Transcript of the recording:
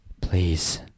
please